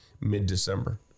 mid-December